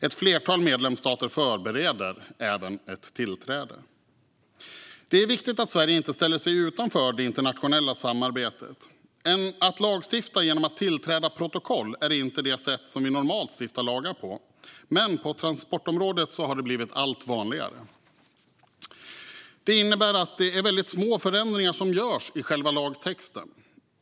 Ett flertal medlemsstater förbereder även ett tillträde. Det är viktigt att Sverige inte ställer sig utanför det internationella samarbetet. Att lagstifta genom att tillträda protokoll är inte det sätt vi normalt stiftar lag på, men på transportområdet har detta blivit allt vanligare. Det innebär att det är små förändringar som görs i själva lagtexten.